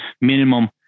minimum